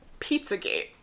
Pizzagate